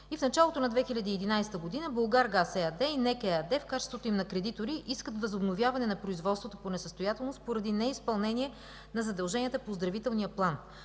и в началото на 2011 г. „Булгаргаз” ЕАД и НЕК АД в качеството им на кредитори искат възобновяване на производството по несъстоятелност поради неизпълнение на задълженията по оздравителния план.